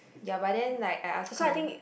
ya but then like I ask her